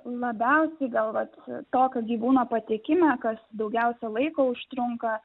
labiausiai gal vat tokio gyvūno patekime kas daugiausia laiko užtrunka